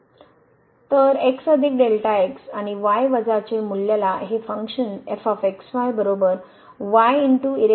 तर x Δx आणि y वजाचे मूल्यल्याला हे फंक्शन घ्यावे लागेल